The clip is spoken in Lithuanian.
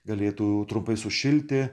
galėtų trumpai sušilti